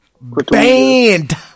Banned